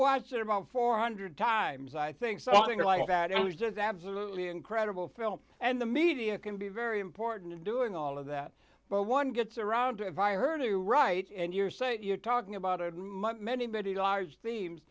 watch it about four hundred dollars times i think something like that it was just absolutely incredible film and the media can be very important in doing all of that but one gets around if i heard you right and you're saying you're talking about it many many large themes